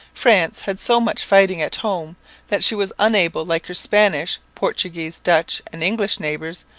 france had so much fighting at home that she was unable, like her spanish, portuguese, dutch, and english neighbours,